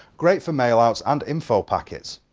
great for mail outs, and info packets.